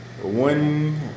One